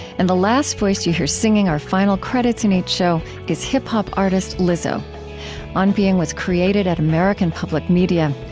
and the last voice that you hear singing our final credits in each show is hip-hop artist lizzo on being was created at american public media.